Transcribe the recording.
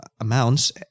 amounts